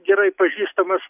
gerai pažįstamas